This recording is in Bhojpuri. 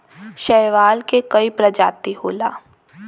शैवाल के कई प्रजाति होला